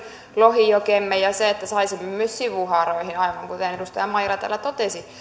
lohijokemme ja olisi hyvä että saisimme myös sivuhaaroihin aivan kuten edustaja maijala täällä totesi